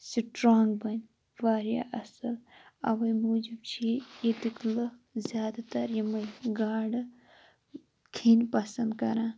strong بَنہِ وارِیاہ اَصٕل اَوَے موٗجوٗب چھِ ییٚتٕکۍ لُکھ زیادٕ تَر یِمَے گَاڈٕ کھیٚنۍ پَسنٛد کَران